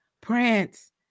Prince